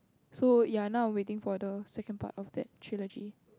so ya now I'm waiting for the second part of that trilogy